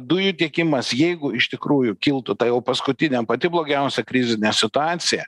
dujų tiekimas jeigu iš tikrųjų kiltų ta jau paskutinė pati blogiausia krizinė situacija